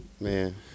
Man